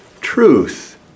truth